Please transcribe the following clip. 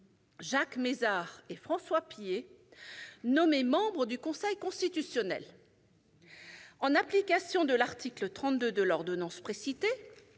Jacques Mézard et François Pillet, nommés membres du Conseil constitutionnel. En application de l'article 32 de l'ordonnance précitée,